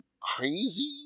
crazy